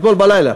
אתמול בלילה,